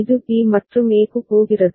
இது b மற்றும் a க்கு போகிறது